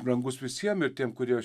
brangus visiem ir tiem kurie